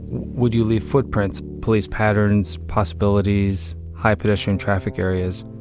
would you leave footprints, police patterns, possibilities, high pedestrian traffic areas?